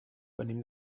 venim